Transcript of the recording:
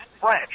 French